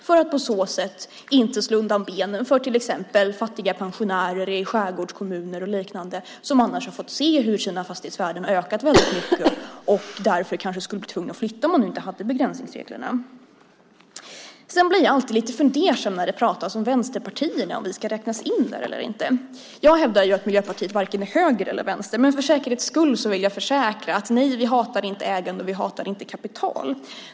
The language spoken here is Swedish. Detta infördes för att inte slå undan benen på till exempel fattiga pensionärer i skärgårdskommuner som har fått se hur fastighetsvärdena ökat väldigt mycket och därför kanske skulle ha blivit tvungna att flytta om begränsningsreglerna inte fanns. Jag blir alltid lite fundersam när det pratas om vänsterpartierna och om vi ska räknas in där eller inte. Jag hävdar att Miljöpartiet varken är höger eller vänster, men för säkerhets skull vill jag understryka att vi inte hatar ägande, och vi hatar inte kapital.